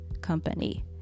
company